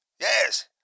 Yes